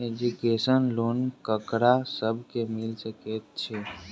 Education loan ककरा सब केँ मिल सकैत छै?